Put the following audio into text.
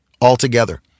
altogether